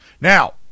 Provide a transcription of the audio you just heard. Now